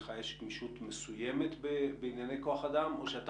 לך יש גמישות מסוימת בענייני כוח אדם או שאתה